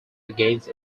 against